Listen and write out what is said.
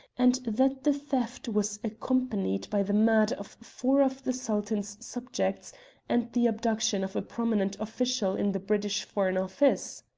and that the theft was accompanied by the murder of four of the sultan's subjects and the abduction of a prominent official in the british foreign office?